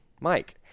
Mike